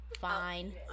fine